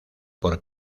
por